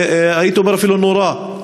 הייתי אומר אפילו נורא,